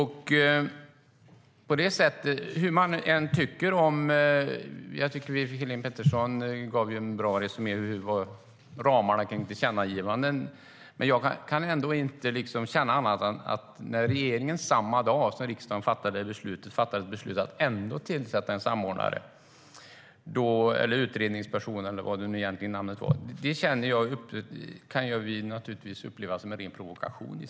Helene Petersson gav en bra resumé om ramarna kring tillkännagivanden. Men när regeringen samma dag som riksdagen fattade sitt beslut ändå beslutade att tillsätta en samordnare, utredningsperson eller hur det uttrycktes kan vi uppleva det som en ren provokation.